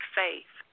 faith